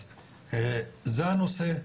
זה הנושא,